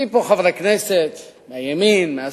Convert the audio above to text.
עומדים פה חברי כנסת מהימין, מהשמאל,